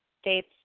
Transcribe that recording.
states